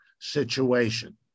situation